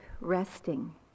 resting